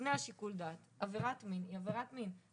לפני שיקול הדעת, עבירת מין היא עבירת מין.